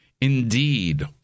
Indeed